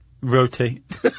rotate